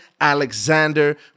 alexander